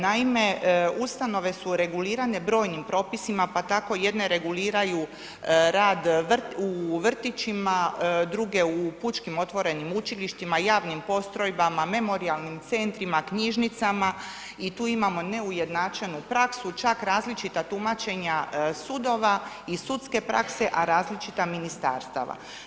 Naime, ustanove su regulirane brojnim propisima, pa tako jedne reguliraju rad u vrtićima, druge u pučkim otvorenim učilištima, javnim postrojbama, memorijalnim centrima i tu imamo neujednačenu praksu, čak različita tumačenja sudova i sudske prakse a različita ministarstva.